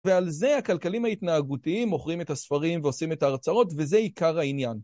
ועל זה הכלכלים ההתנהגותיים מוכרים את הספרים ועושים את ההרצאות, וזה עיקר העניין.